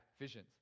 visions